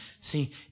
See